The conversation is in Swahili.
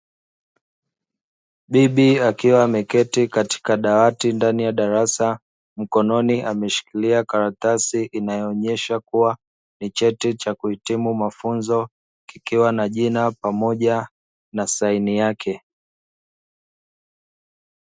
Bibi akiwa ameketi katika dawati ndani ya darasa, mkononi ameshikilia karatasi inayoonyesha kuwa, ni cheti cha kuhitimu mafunzo, kikiwa na jina pamoja na saini yake.